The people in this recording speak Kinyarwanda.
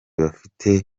bafite